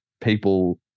people